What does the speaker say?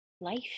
life